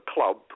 Club